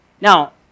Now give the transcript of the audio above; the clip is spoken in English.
Now